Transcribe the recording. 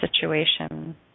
situation